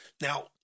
Now